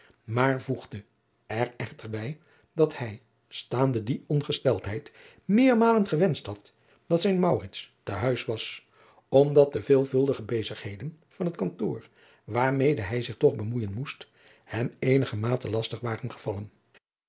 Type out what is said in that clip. maar voegde er echter bij dat hij staande die ongesteldheid meermalen gewenscht had dat zijn maurits te huis was omdat de veelvuldige bezigheden van het kantoor waarmede hij zich toch bemoeijen moest hem eenigermate lastig waren gevallen